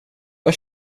jag